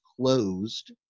closed